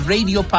Radio